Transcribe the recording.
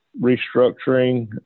restructuring